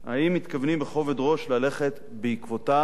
האם מתכוונים בכובד ראש ללכת בעקבותיו,